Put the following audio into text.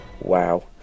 Wow